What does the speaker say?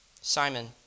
Simon